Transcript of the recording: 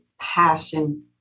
passion